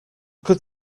could